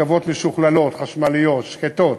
רכבות משוכללות, חשמליות, שקטות,